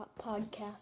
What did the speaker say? podcast